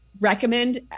recommend